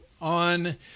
on